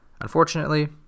Unfortunately